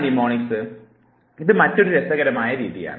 mnemonics എന്നത് മറ്റൊരു രസകരമായ രീതിയാണ്